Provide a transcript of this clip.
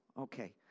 Okay